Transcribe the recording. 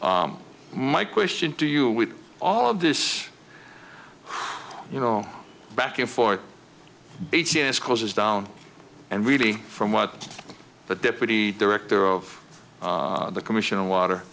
my question to you with all of this you know back and forth beaches closes down and really from what the deputy director of the commission on water